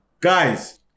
Guys